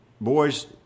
boys